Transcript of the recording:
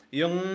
yung